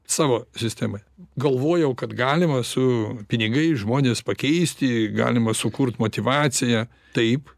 savo sistemoje galvojau kad galima su pinigais žmones pakeisti galima sukurt motyvaciją taip